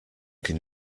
can